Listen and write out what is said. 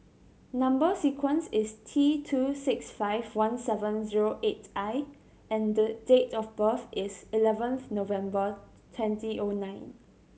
number sequence is T two six five one seven zero eight I and date of birth is eleventh November twenty O nine